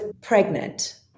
pregnant